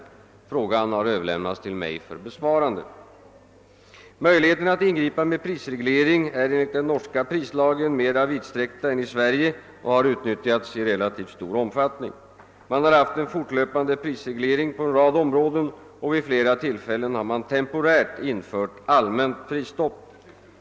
Frågan har överlämnals till mig för besvarande. Möjligheterna att ingripa med prisreglering är enligt den norska prislagen mer vidsträckta än i Sverige och har utnyttjats i relativt stor omfattning. Man har haft en fortlöpande prisreglering på en rad områden, och vid flera tillfällen har man temporärt infört allmänt prisstopp.